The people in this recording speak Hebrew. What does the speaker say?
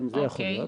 גם זה יכול להיות.